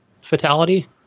fatality